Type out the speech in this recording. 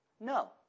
No